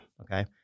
Okay